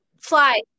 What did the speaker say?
Fly